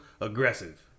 aggressive